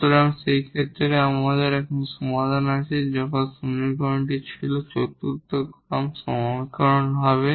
সুতরাং এই ক্ষেত্রে আমাদের এখন সমাধান আছে যখন সমীকরণটি ছিল চতুর্থ অর্ডার সমীকরণ হবে